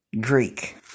Greek